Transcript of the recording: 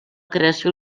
creació